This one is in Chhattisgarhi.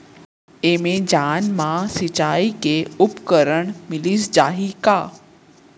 एमेजॉन मा सिंचाई के उपकरण मिलिस जाही का?